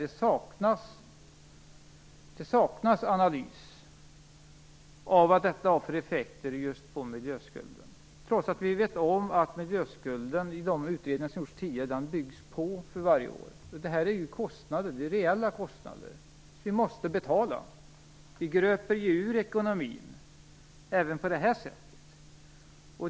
Det saknas en analys av vad detta har för effekter just på miljöskulden, trots att vi vet om att miljöskulden enligt de utredningar som tidigare gjorts byggs på för varje år. Det här är reella kostnader som vi måste betala. Vi gröper ju ur ekonomin, även på det här sättet.